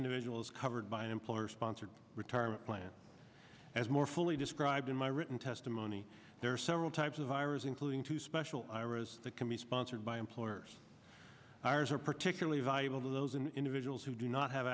individual is covered by an employer sponsored retirement plan as more fully described in my written testimony there are several types of iras including two special iras that can be sponsored by employers ours are particularly valuable to those in individuals who do not have